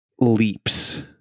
leaps